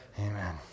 amen